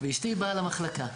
ואשתי באה למחלקה,